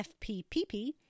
FPPP